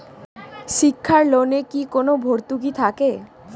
শিক্ষার লোনে কি কোনো ভরতুকি থাকে?